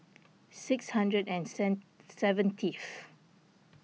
six hundred and sen seventieth